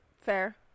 Fair